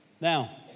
now